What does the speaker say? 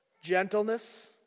gentleness